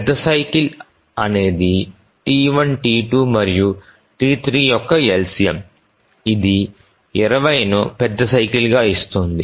పెద్ద సైకిల్ అనేది T1 T2 మరియు T3 యొక్క LCM ఇది 20ను పెద్ద సైకిల్ గా ఇస్తుంది